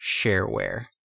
shareware